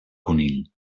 conill